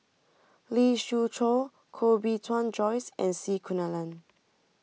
Lee Siew Choh Koh Bee Tuan Joyce and C Kunalan